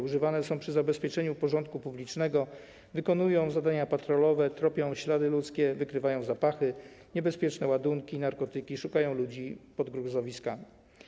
Używane są przy zabezpieczeniu porządku publicznego, wykonują zadania patrolowe, tropią ślady ludzkie, wykrywają zapachy, niebezpieczne ładunki, narkotyki, szukają ludzi pod gruzowiskami.